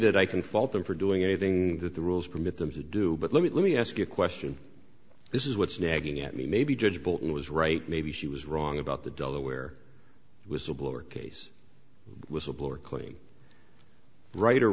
that i can fault them for doing anything that the rules permit them to do but let me let me ask you a question this is what's nagging at me maybe judge bolton was right maybe she was wrong about the delaware whistleblower case whistleblower claiming right or